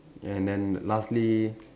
and then lastly